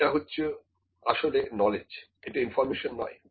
এটা হচ্ছে আসলে নলেজ এটা ইনফর্মেশন নয়